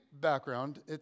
background